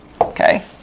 Okay